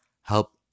Help